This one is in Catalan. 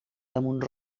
damunt